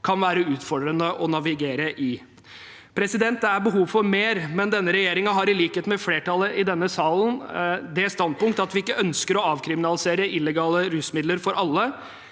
kan være utfordrende å navigere i. Det er behov for mer, men denne regjeringen har – i likhet med flertallet i denne salen – det standpunkt at vi ikke ønsker å avkriminalisere illegale rusmidler for alle.